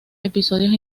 episodios